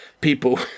People